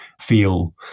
feel